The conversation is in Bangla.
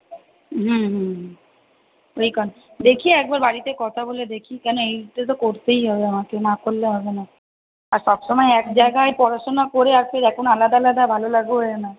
হুম হুম হুম ঠিক আছে দেখি একবার বাড়িতে কথা বলে দেখি কেন এইটা তো করতেই হবে আমাকে না করলে হবে না আর তখনও এক জায়গায় পড়াশোনা করে আর ফির এখন আলাদা আলাদা ভালো লাগবেও না